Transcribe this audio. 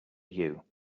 you